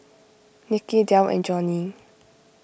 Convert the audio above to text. Niki Delle and Joni